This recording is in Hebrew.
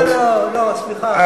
לא לא לא, סליחה.